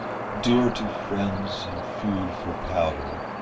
dear to friends and food for powder,